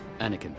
Anakin